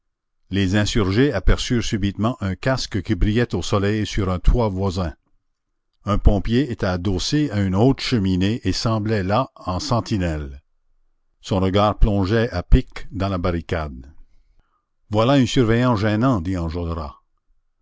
les insurgés aperçurent subitement un casque qui brillait au soleil sur un toit voisin un pompier était adossé à une haute cheminée et semblait là en sentinelle son regard plongeait à pic dans la barricade voilà un surveillant gênant dit